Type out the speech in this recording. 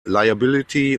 liability